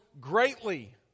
greatly